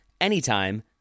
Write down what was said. anytime